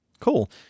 Cool